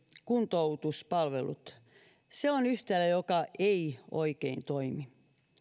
kuntoutuspalvelut ovat yhtälö joka ei oikein toimi